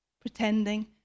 pretending